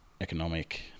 economic